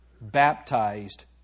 baptized